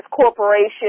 corporation